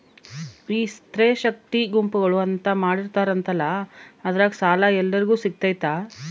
ಈ ಸ್ತ್ರೇ ಶಕ್ತಿ ಗುಂಪುಗಳು ಅಂತ ಮಾಡಿರ್ತಾರಂತಲ ಅದ್ರಾಗ ಸಾಲ ಎಲ್ಲರಿಗೂ ಸಿಗತೈತಾ?